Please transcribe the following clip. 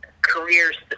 careers